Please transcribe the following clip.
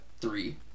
three